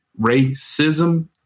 racism